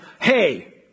hey